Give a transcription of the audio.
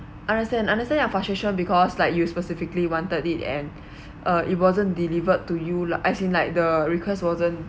understand understand your frustration because like you specifically wanted it and uh it wasn't delivered to you lah as in like the request wasn't